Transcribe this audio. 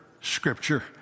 Scripture